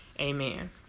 Amen